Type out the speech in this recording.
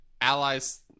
allies